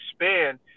expand